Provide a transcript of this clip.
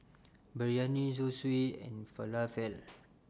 Biryani Zosui and Falafel